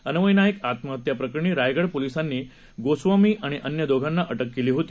अन्वयनाईकआत्महत्याप्रकरणीराय गडपोलिसांनीगोस्वामीआणिअन्यदोघांनाअटककेलीहोती